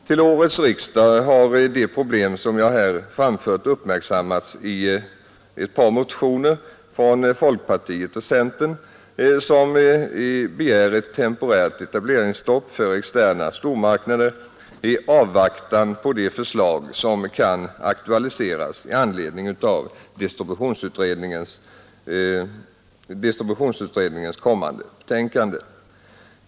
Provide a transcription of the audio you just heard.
Till årets riksdag har de problem som jag här framfört uppmärksammats i ett par motioner från folkpartiet och centern som begär ett temporärt etableringsstopp för externa stormarknader i avvaktan på de förslag som kan aktualiseras i anledning av distributionsutredningens kommande betänkande.